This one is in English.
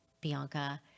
Bianca